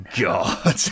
God